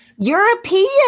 European